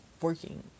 working